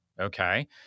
Okay